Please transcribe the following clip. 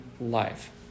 life